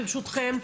ברשותכם,